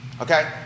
Okay